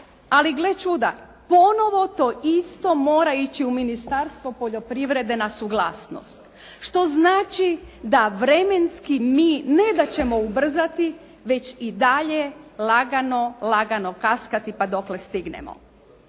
Ali, gle čuda. Ponovo to isto mora ići u Ministarstvo poljoprivrede na suglasnost što znači da vremenski mi ne da ćemo ubrzati već i dalje lagano kaskati pa dokle stignemo.